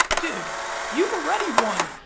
dude you've already won.